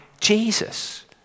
Jesus